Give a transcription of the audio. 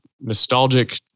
nostalgic